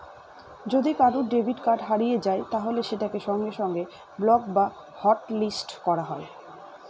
যদি কারুর debit card হারিয়ে যায় তাহলে সেটাকে সঙ্গে সঙ্গে ব্লক বা হটলিস্ট করা যায়